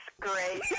great